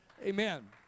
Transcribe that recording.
Amen